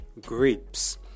grapes